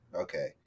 okay